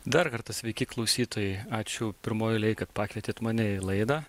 dar kartą sveiki klausytojai ačiū pirmoj eilėj kad pakvietėt mane į laidą